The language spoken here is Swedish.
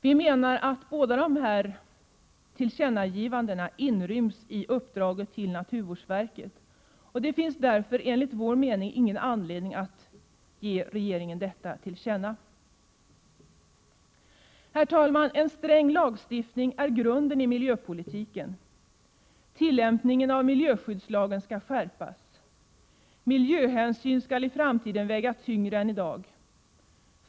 Vi menar att båda dessa förslag inryms i uppdraget till naturvårdsverket, och det finns därför enligt vår mening ingen anledning att ge regeringen detta till känna. Herr talman! Ern sträng lagstiftning är grunden i miljöpolitiken. Tillämpningen av miljöskyddslagen skall skärpas. Miljöhänsyn skall i framtiden väga tyngre än i dag.